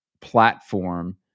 platform